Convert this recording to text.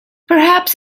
perhaps